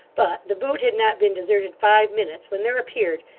but the boot had not been deserted five minutes, when there appeared,